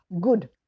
good